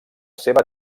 seva